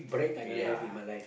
ya